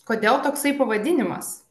kodėl toksai pavadinimas